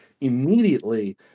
immediately